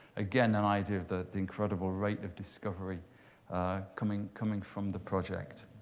again, an idea of the incredible rate of discovery coming coming from the project.